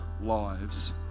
lives